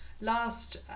last